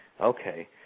Okay